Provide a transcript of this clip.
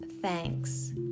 thanks